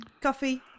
coffee